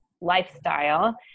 lifestyle